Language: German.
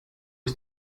ist